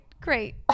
Great